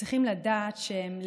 שצריכים לדעת שהם,